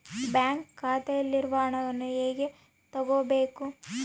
Bank ಖಾತೆಯಲ್ಲಿರುವ ಹಣವನ್ನು ಹೇಗೆ ತಗೋಬೇಕು?